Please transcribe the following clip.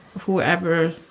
whoever